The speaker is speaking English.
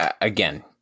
again